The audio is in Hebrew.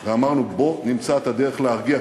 ואמרנו: בוא נמצא את הדרך להרגיע,